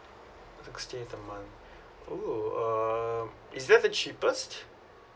sixty eight a month oo um is that the cheapest